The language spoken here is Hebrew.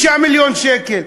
6 מיליון שקל.